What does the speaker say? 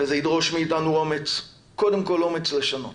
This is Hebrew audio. זה ידרוש מאיתנו אומץ, קודם כל אומץ לשנות,